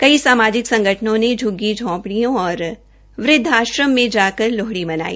कई सामाजिक संगठनों ने झ्ग्गी झोपडिय़ों और वृद्धाश्रम में जाकर लोहड़ी मनाई